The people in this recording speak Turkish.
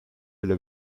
bile